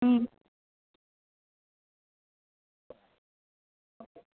হুম